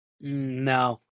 No